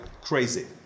Crazy